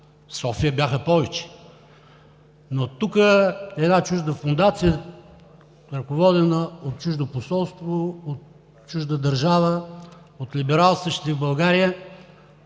София бяха повече, но тук една чужда фондация, ръководена от чуждо посолство, от чужда държава, от либералстващите в България,